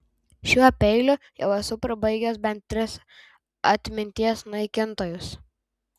šiuo peiliu jau esu pribaigęs bent tris atminties naikintojus